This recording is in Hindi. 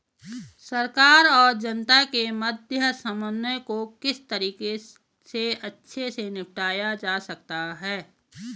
सरकार और जनता के मध्य समन्वय को किस तरीके से अच्छे से निपटाया जा सकता है?